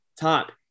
top